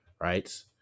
Right